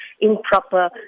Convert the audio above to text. improper